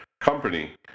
company